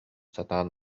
сатаан